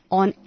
on